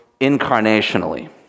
incarnationally